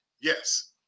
yes